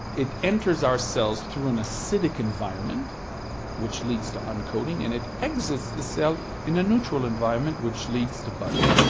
it enters our cells to an acidic environment which leads to uncoating, and it exits the cell in a neutral environment which leads to budding.